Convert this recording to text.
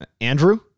Andrew